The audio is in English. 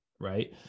right